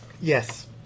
Yes